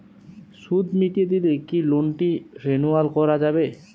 সুদ মিটিয়ে দিলে কি লোনটি রেনুয়াল করাযাবে?